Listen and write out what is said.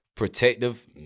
Protective